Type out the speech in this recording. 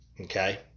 okay